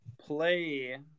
play